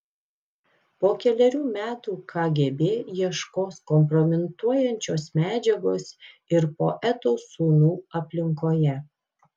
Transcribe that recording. po kelerių metų kgb ieškos kompromituojančios medžiagos ir poeto sūnų aplinkoje